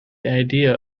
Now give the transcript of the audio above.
idea